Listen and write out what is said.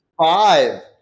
five